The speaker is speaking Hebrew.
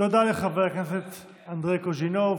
תודה לחבר הכנסת אנדרי קוז'ינוב.